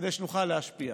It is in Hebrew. כדי שנוכל להשפיע.